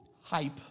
hype